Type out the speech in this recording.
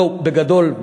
בגדול,